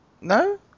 no